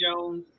Jones